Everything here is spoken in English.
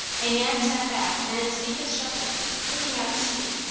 a man sat back in its deepest shelter, looking out to sea.